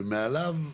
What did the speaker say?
ומעליו,